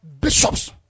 bishops